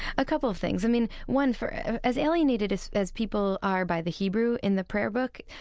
a couple of things. i mean, one for as alienated as as people are by the hebrew in the prayer book,